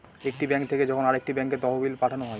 একটি ব্যাঙ্ক থেকে যখন আরেকটি ব্যাঙ্কে তহবিল পাঠানো হয়